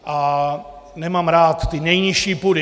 A nemám rád ty nejnižší pudy.